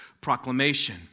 proclamation